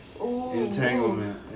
Entanglement